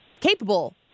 capable